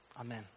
Amen